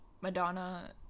Madonna